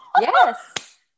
Yes